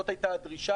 זאת הייתה הדרישה.